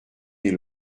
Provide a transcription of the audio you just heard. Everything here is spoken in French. des